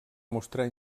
mostrar